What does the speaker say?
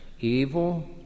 evil